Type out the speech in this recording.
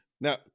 Now